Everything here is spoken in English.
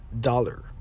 dollar